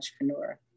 entrepreneur